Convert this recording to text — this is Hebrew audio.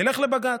נלך לבג"ץ.